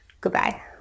goodbye